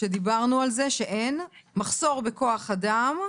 ודיברנו על זה שאין מחסור בכוח אדם.